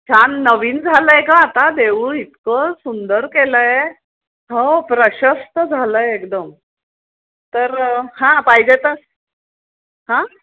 छान नवीन झालं आहे गं देऊळ इतकं सुंदर केलं आहे हो प्रशस्त झालं आहे एकदम तर हां पाहिजे तर हां